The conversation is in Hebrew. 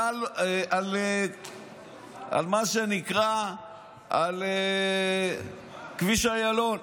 עלה במקרה על מה שנקרא כביש איילון,